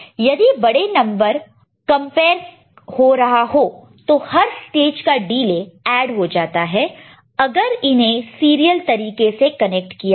यदि बड़े number larger larger compare हो रहा हो तो हर स्टेज का डिले ऐड हो जाता है अगर इन्हें सीरियल तरीके से कनेक्ट कीया तो